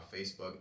Facebook